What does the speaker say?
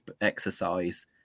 exercise